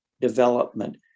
development